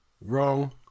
Wrong